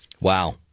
Wow